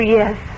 yes